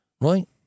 right